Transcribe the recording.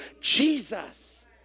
Jesus